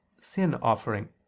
sin-offering